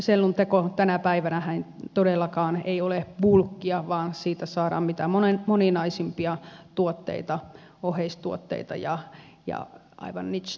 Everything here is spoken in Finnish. sellunteko tänä päivänähän ei todellakaan ole bulkkia vaan siitä saadaan mitä moninaisimpia tuotteita oheistuotteita ja aivan niche tuotteita